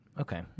Okay